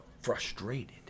frustrated